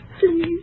Please